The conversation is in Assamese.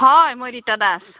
হয় মই ৰীতা দাস